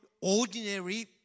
ordinary